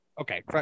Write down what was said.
Okay